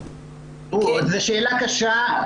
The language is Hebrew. זאת שאלה קשה.